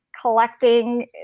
collecting